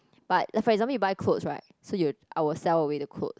but for example you buy clothes right so you I will sell away the clothes